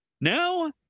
Now